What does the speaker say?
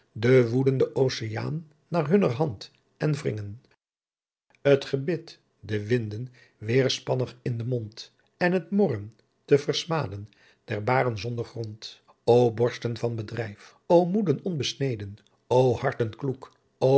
den woedend oceaan naar hunner handt en wringen t gebit den winden wederspannigh in den mondt en t morren te versmaên der baren zonder grondt o borsten van bedrijf o moeden onbesneden o harten kloek